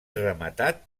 rematat